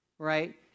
Right